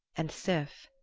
and sif.